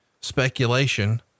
speculation